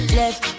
left